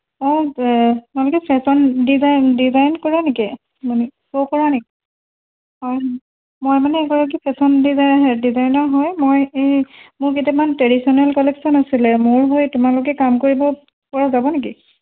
অঁ তোমালোকে fashion design design কৰা নেকি মানে শ্ব' কৰা নেকি অঁ মই মানে এগৰাকী ফেশ্বন ডিজাইনৰ হয় মোৰ কেইটামান ট্ৰেডিচনেল কালেকশ্যন আছিলে মোৰ হৈ তোমালোকে কাম কৰিব পৰা যাব নেকি